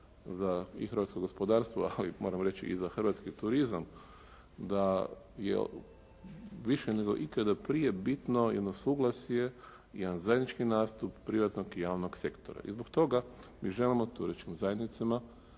za i hrvatsko gospodarstvo ali uvijek moramo reći i za hrvatski turizam, da je više nego ikada prije bitno jedno suglasje, jedan zajednički nastup privatnog i javnog sektora. I zbog toga mi želimo turističkim zajednicama